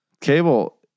cable